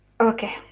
okay